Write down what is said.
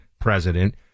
president